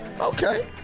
Okay